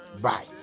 Bye